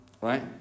right